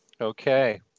Okay